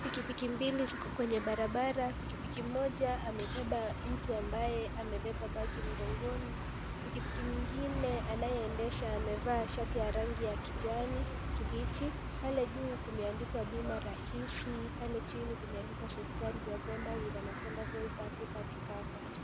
Pikipiki mbili ziko kwenye barabara. Pikipiki moja amebeba mtu ambaye amebeba bagi mgongoni. Pikipiki nyingine anayeendesha amevaa shati ya rangi ya kijani kibichi pale juu kumeandikwa bima rahisi pale chini kumeandikwa safeguard your boda with third party cover.